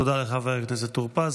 תודה לחבר הכנסת טור פז.